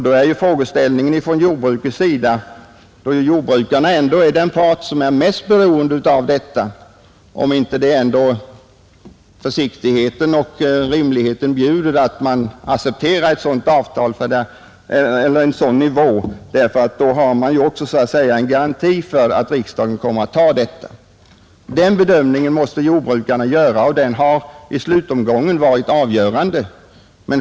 Då uppstår frågeställningen för jordbrukets del — jordbrukarna är ju den part som är mest direkt beroende av att ett avtal kommer till stånd — om ändå inte försiktigheten och klokheten bjuder att man accepterar ett dylikt bud, även om det inte är i allo tillfredsställande, ty då har man ju ändå en rätt säker garanti för att riksdagen kommer att godta uppgörelsen. En sådan bedömning måste jordbrukarna göra, och det har i slutomgången varit avgörande.